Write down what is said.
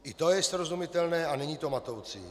I to je srozumitelné a není to matoucí.